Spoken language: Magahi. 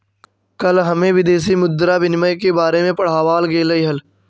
कल हमें विदेशी मुद्रा विनिमय के बारे में पढ़ावाल गेलई हल